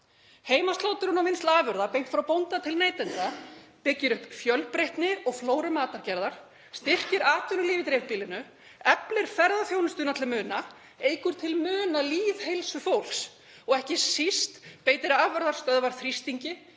Heimaslátrun og vinnsla afurða beint frá bónda til neytanda byggir upp fjölbreytni og flóru matargerðar, styrkir atvinnulíf í dreifbýlinu, eflir ferðaþjónustuna til muna, eykur til muna lýðheilsu fólks og ekki síst beitir afurðastöðvar þrýstingi